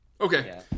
Okay